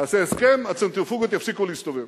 נעשה הסכם, הצנטריפוגות יפסיקו להסתובב.